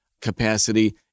capacity